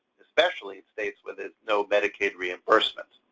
especially in states where there's no medicaid reimbursement.